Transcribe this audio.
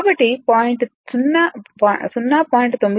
కాబట్టి 0